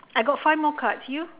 I got five more cards you